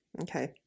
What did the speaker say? Okay